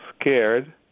scared